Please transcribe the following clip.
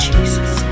Jesus